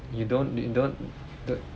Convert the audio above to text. you don't you don't don't